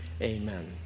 Amen